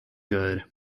good